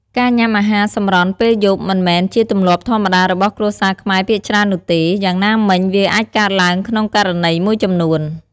ការញ៉ាំអាហារសម្រន់ពេលយប់ មិនមែនជាទម្លាប់ធម្មតារបស់គ្រួសារខ្មែរភាគច្រើននោះទេ យ៉ាងណាមិញ វាអាចកើតឡើងក្នុងករណីមួយចំនួន។